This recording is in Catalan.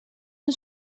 han